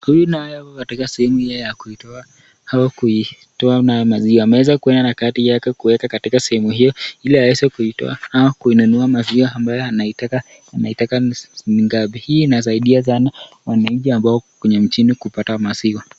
Huyu nayo katika sehemu hiyo ya kuitoa au kuitoa nayo maziwa. Ameweza kuenda na kadi yake kuweka katika sehemu hiyo ili aweze kuitoa au kuinunua maziwa ambayo anaitaka, anaitaka ni ngapi. Hii inasidia sana wananchi ambao kwenye mjini kupata maziwa.